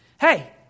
hey